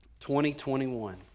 2021